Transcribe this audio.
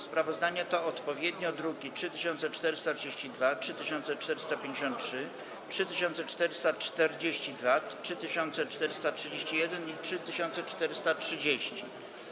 Sprawozdania to odpowiednio druki nr 3432, 3453, 3442, 3431 i 3430.